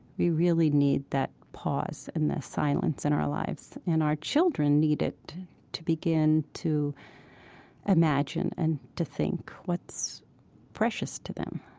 we really need that pause and the silence in our lives. and our children need it to begin to imagine and to think what's precious to them.